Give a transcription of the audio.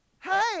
Hey